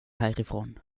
härifrån